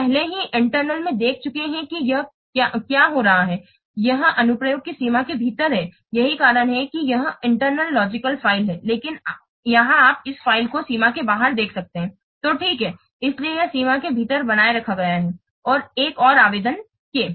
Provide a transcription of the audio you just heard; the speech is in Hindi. हम पहले ही इंटरनल में देख चुके हैं कि यह क्या हो रहा है यह अनुप्रयोग की सीमा के भीतर है यही कारण है कि यह इंटरनल लॉजिकल फ़ाइल है लेकिन यहां आप इस फ़ाइल को सीमा के बाहर देख सकते हैं तो ठीक है इसलिए यह सीमा के भीतर बनाए रखा गया है एक और आवेदन के